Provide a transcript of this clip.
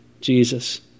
Jesus